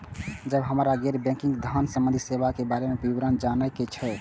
जब हमरा गैर बैंकिंग धान संबंधी सेवा के बारे में विवरण जानय के होय?